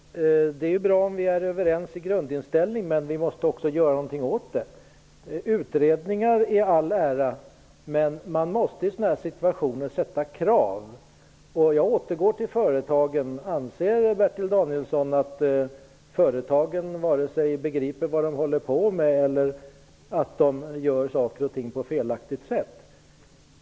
Herr talman! Det är ju bra om vi är överens om grundinställningen, men vi måste också göra någonting åt det. Utredningar i all ära, men man måste i sådana här situationer sätta krav. Jag återgår till företagen: Anser Bertil Danielsson att företagen inte begriper vad de håller på med eller att de gör saker och ting på felaktigt sätt?